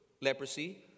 leprosy